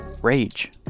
rage